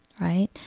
right